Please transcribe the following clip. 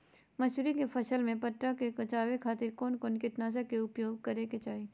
मसूरी के फसल में पट्टा से बचावे खातिर कौन कीटनाशक के उपयोग करे के चाही?